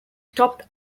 topped